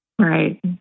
Right